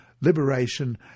liberation